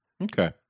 Okay